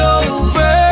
over